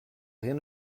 rien